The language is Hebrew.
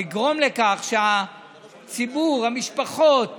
לגרום לכך שהציבור, המשפחות,